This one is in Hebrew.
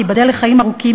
תיבדל לחיים ארוכים,